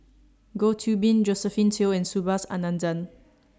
Goh Qiu Bin Josephine Teo and Subhas Anandan